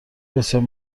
بسیار